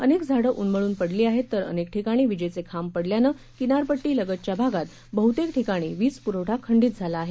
अनेक झाडं उन्मळून पडली आहेत तर अनेक ठिकाणी विजेचे खांब पडल्यानं किनारपट्टी लगतच्या भागात बहुतेक ठिकाणी वीजपुरवठा खंडित झाला आहे